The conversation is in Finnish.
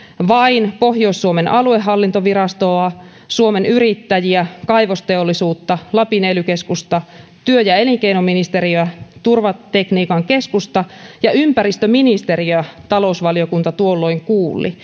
vain pohjois suomen aluehallintovirastoa suomen yrittäjiä kaivosteollisuutta lapin ely keskusta työ ja elinkeinoministeriötä turvatekniikan keskusta ja ympäristöministeriötä talousvaliokunta tuolloin kuuli